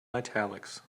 italics